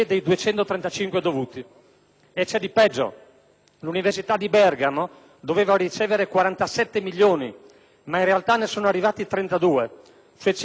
di peggio: l'università di Bergamo doveva ricevere 47 milioni, ma in realtà ne sono arrivati 32, cioè circa il 30 per cento